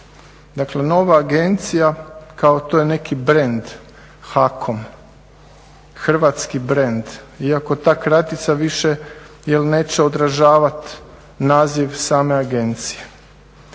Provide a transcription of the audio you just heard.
Dakle, nova agencija, kao to je neki brend HAKOM, hrvatski brend, iako ta kratica više neće odražavati naziv same agencije.